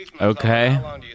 Okay